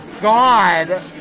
God